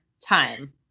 time